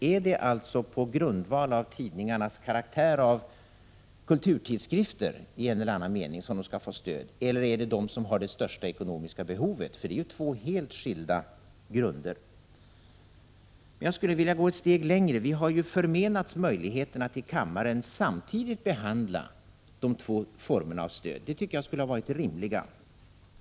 Är det på grundval av tidningarnas karaktär av kulturtidskrifter i en eller annan mening som de skall få stöd, eller skall stöd ges till dem som har det största ekonomiska behovet? Det är ju två helt skilda grunder. Men jag skulle vilja gå ett steg längre. Vi har förmenats möjligheten att i kammaren samtidigt behandla de två formerna av stöd. Det tycker jag skulle ha varit det rimliga.